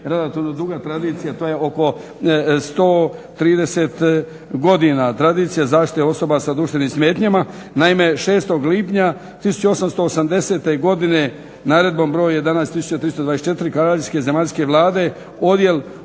relativno duga tradicija. To je oko 130 godina, tradicija zašite osoba sa duševnim smetnjama. Naime, 6. lipnja 1880. godine naredbom broj 11. 1324. Kraljevske zemaljske vlade, odjel